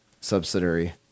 subsidiary